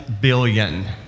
Billion